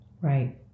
Right